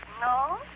no